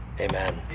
amen